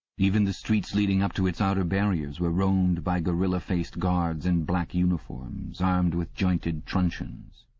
even the streets leading up to its outer barriers were roamed by gorilla-faced guards in black uniforms, armed with jointed truncheons.